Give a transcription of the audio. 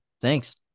Thanks